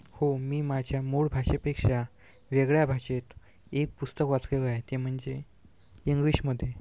हो मी माझ्या मूळ भाषेपेक्षा वेगळ्या भाषेत एक पुस्तक वाचलेलं आहे ते म्हणजे इंग्लिशमध्ये